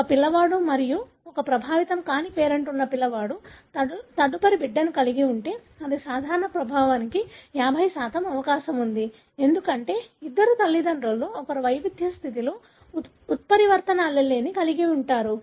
ఒక పిల్లవాడు మరియు ఒక ప్రభావితం కాని పేరెంట్ ఉన్న పిల్లవాడు తదుపరి బిడ్డను కలిగి ఉంటే అది సాధారణ ప్రభావానికి 50 అవకాశం ఉంది ఎందుకంటే ఇద్దరు తల్లిదండ్రులలో ఒకరు వైవిధ్య స్థితిలో ఉత్పరివర్తన allele కలిగి ఉంటారు